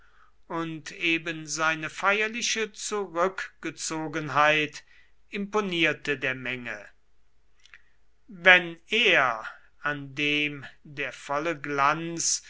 und eben seine feierliche zurückgezogenheit imponierte der menge wenn er an dem der volle glanz